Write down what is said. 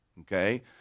Okay